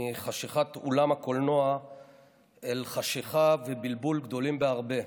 מחשכת אולם הקולנוע אל חשכה ובלבול גדולים בהרבה.